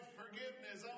forgiveness